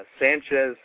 Sanchez